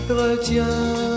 retiens